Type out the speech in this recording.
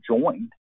joined